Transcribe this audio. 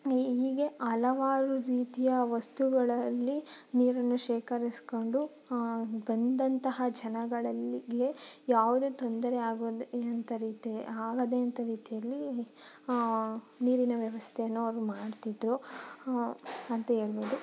ನೀ ಹೀಗೆ ಹಲವಾರು ರೀತಿಯ ವಸ್ತುಗಳಲ್ಲಿ ನೀರನ್ನು ಶೇಖರಿಸಿಕೊಂಡು ಬಂದಂತಹ ಜನಗಳಲ್ಲಿಗೆ ಯಾವುದೇ ತೊಂದರೆ ಆಗದೇ ಇದ್ದ ರೀತಿ ಆಗದೇ ಇದ್ದ ರೀತಿಯಲ್ಲಿ ನೀರಿನ ವ್ಯವಸ್ಥೆಯನ್ನು ಅವರು ಮಾಡ್ತಿದ್ದರು ಅಂತ ಹೇಳ್ಬೊದು